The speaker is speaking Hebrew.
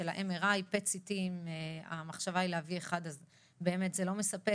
ה-MRI ו-PET CT. אם המחשבה היא להביא אחד זה באמת מספק,